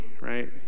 right